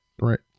right